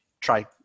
try